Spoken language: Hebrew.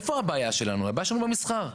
הבעיה היא במסחר.